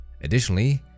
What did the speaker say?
Additionally